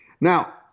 Now